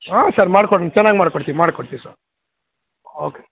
ಹಾಂ ಸರ್ ಮಾಡ್ಕೊಡೋಣ ಚೆನ್ನಾಗಿ ಮಾಡ್ಕೊಡ್ತಿನಿ ಮಾಡ್ಕೊಡ್ತೀವಿ ಸರ್ ಓಕೆ